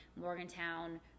Morgantown